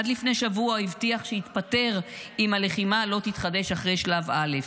עד לפני שבוע הוא הבטיח שיתפטר אם הלחימה לא תתחדש אחרי שלב א',